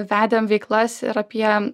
vedėm veiklas ir apie